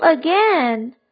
again